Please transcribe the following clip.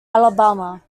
alabama